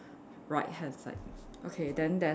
right hand side okay then there's